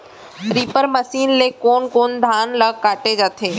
Reaper machine ले कोन कोन धान ल काटे जाथे?